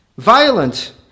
Violent